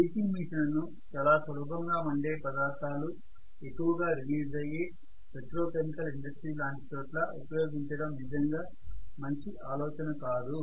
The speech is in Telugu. DC మెషిన్లను ఇలా సులభముగా మండే పదార్థాలు ఎక్కువ గా రిలీజ్ అయ్యే పెట్రోకెమికల్ ఇండస్ట్రీ లాంటి చోట్ల ఉపయోగించడం నిజంగా మంచి ఆలోచన కాదు